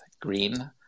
Green